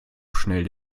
schnell